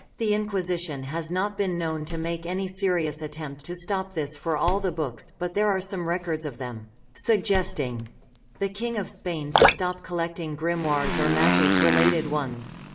the inquisition has not been known to make any serious attempt to stop this for all the books, but there are some records of them suggesting the king of spain to stop collecting grimoires or magic related ones.